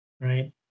right